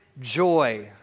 joy